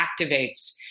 activates